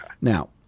Now